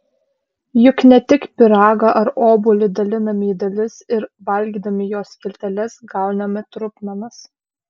juk ne tik pyragą ar obuolį daliname į dalis ir valgydami jo skilteles gauname trupmenas